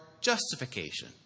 justification